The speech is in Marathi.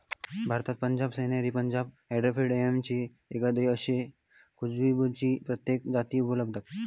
भारतात पंजाब सोनेरी, पंजाब हायब्रिड, एम.एच एक्कावन्न अशे खरबुज्याची कित्येक जाती उगवतत